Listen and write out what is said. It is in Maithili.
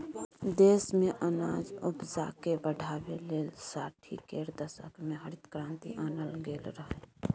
देश मे अनाज उपजाकेँ बढ़ाबै लेल साठि केर दशक मे हरित क्रांति आनल गेल रहय